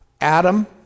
Adam